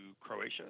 Croatia